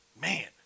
man